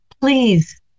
please